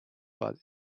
but